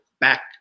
back